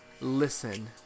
listen